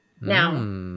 Now